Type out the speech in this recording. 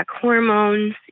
hormones